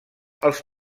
als